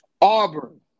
Auburn